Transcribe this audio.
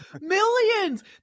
millions